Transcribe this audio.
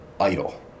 idle